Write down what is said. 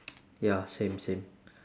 ya same same